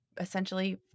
essentially